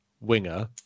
winger